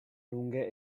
lunghe